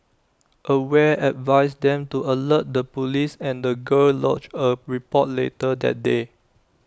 aware advised them to alert the Police and the girl lodged A report later that day